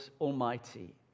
Almighty